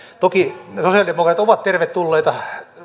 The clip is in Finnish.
toki sosialidemokraatit ovat tervetulleita